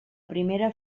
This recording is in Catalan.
primera